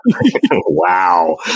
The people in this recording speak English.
Wow